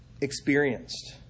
experienced